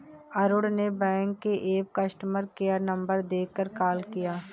अरुण ने बैंक के app customer care number देखकर कॉल किया